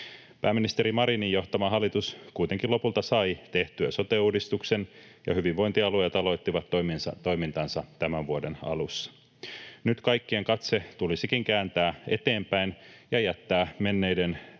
Pääministeri Marinin johtama hallitus kuitenkin lopulta sai tehtyä sote-uudistuksen, ja hyvinvointialueet aloittivat toimintansa tämän vuoden alussa. Nyt kaikkien katse tulisikin kääntää eteenpäin ja jättää menneiden tekemisten